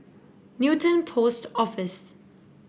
Newton Post Office